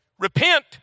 Repent